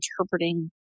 interpreting